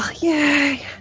Yay